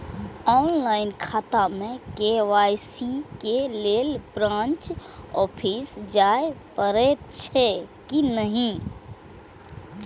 Online खाता में KYC के लेल ब्रांच ऑफिस जाय परेछै कि नहिं?